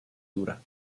dura